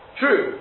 true